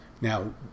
Now